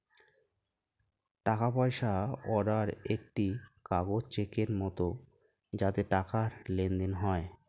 টাকা পয়সা অর্ডার একটি কাগজ চেকের মত যাতে টাকার লেনদেন হয়